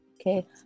Okay